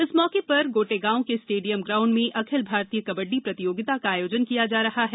इस मौके पर गोटेगांव के स्टेडियम ग्राउंड में अखिल भारतीय कबड्डी प्रतियोगिता का आयोजन किया जा रहा है